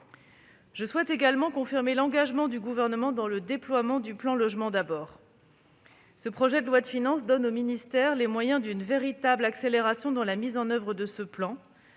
De plus, je confirme l'engagement du Gouvernement dans le déploiement du plan Logement d'abord. Ce projet de loi de finances donne au ministère les moyens d'une véritable accélération dans l'application de ce plan,